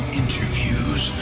interviews